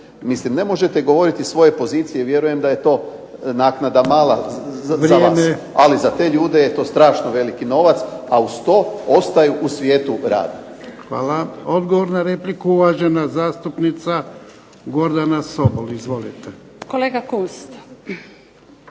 mislim ne možete govoriti sa svoje pozicije, vjerujem da je to mala naknada za vas. Ali za te ljude je strašno veliki novac, a uz to ostaju u svijetu rada. **Jarnjak, Ivan (HDZ)** Hvala. Odgovor na repliku uvažena zastupnica Gordana Sobol. Izvolite. **Sobol,